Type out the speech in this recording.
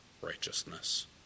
righteousness